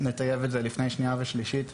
נטייב אותן לפני קריאה שנייה ושלישית.